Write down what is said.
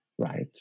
right